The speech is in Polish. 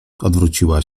odwróciła